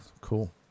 Cool